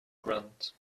grunt